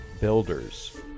Builders